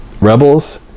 rebels